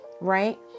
right